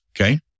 Okay